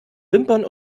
wimpern